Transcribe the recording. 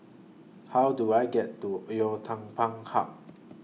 How Do I get to Oei Tiong Ham Park